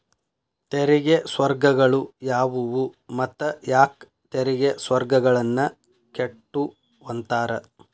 ತೆರಿಗೆ ಸ್ವರ್ಗಗಳು ಯಾವುವು ಮತ್ತ ಯಾಕ್ ತೆರಿಗೆ ಸ್ವರ್ಗಗಳನ್ನ ಕೆಟ್ಟುವಂತಾರ